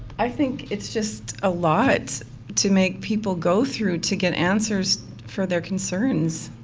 i think it's just a lot to make people go through to get answers for their concerns.